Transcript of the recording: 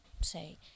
say